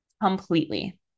completely